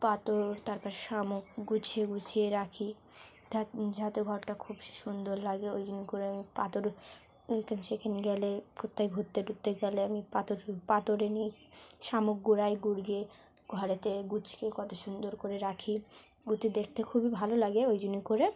পাথর তারপর শামুক গুছিয়ে গুছিয়ে রাখি যাতে ঘরটা খুব সুন্দর লাগে ওই জন্য করে আমি পাথর এখানে সেখানে গেলে কোথাও ঘুরতে টুরতে গেলে আমি পাথর পাথরে নিই শামুক কুড়াই কুড়িয়ে ঘরেতে গুছিয়ে কত সুন্দর করে রাখি দেখতে খুবই ভালো লাগে ওই জন্য করে